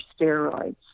steroids